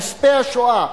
נספי השואה,